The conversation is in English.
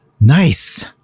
Nice